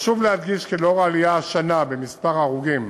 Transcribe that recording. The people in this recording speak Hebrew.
חשוב להדגיש כי לאור העלייה השנה במספר ההרוגים